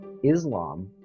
islam